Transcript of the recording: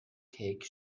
cake